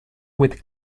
with